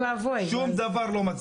שום דבר לא מצדיק.